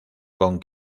con